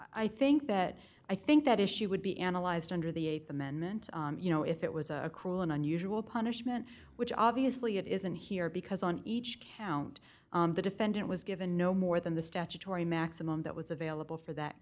i think that i think that issue would be analyzed under the th amendment you know if it was a cruel and unusual punishment which obviously it isn't here because on each count the defendant was given no more than the statutory maximum that was available for that